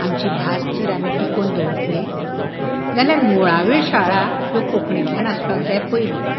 आमची भास जर आमी टिकोवन दवरतले जाल्यार मुळाव्यो शाळा ह्यो कोंकणींतल्यान आसपाक जाय पयलें